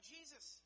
Jesus